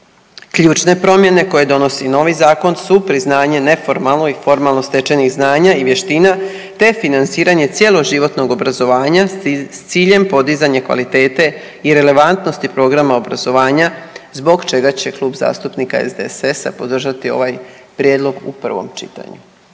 Ključne promjene koje donosi novi zakon su priznanje neformalno i formalno stečenih znanja i vještina te financiranje cjeloživotnog obrazovanja s ciljem podizanja kvalitete i relevantnosti programa obrazovanja zbog čega će Klub zastupnika SDSS-a podržati ovaj prijedlog u prvom čitanju.